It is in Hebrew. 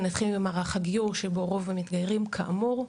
ונתחיל במערך הגיור שבו רוב המתגיירים כאמור.